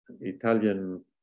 Italian